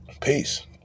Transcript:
Peace